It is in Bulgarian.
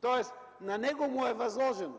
тоест на него му е възложено.